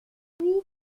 puis